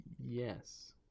Yes